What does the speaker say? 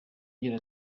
agira